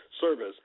service